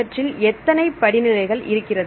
இவற்றில் எத்தனை படிநிலைகள் இருக்கிறது